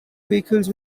vehicles